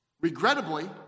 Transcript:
Regrettably